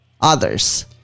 others